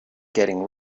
getting